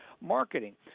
marketing